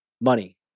money